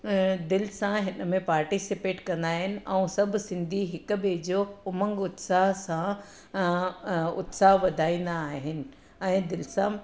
दिलि सां हिन में पार्टिसिपेट कंदा आहिनि ऐं सभु सिंधी हिक ॿिए जो उमंग उत्साह सां उत्साह वधाईंदा आहिनि ऐं दिलि सां